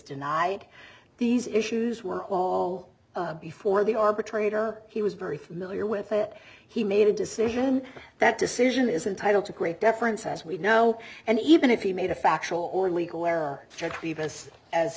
denied these issues were all before the arbitrator he was very familiar with it he made a decision that decision is entitled to great deference as we know and even if you made a factual or legal